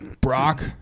Brock